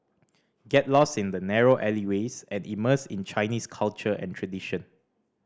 get lost in the narrow alleyways and immerse in Chinese culture and tradition